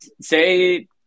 say